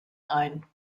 ein